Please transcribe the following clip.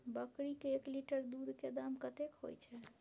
बकरी के एक लीटर दूध के दाम कतेक होय छै?